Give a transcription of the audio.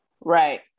Right